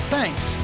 Thanks